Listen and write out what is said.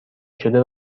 شده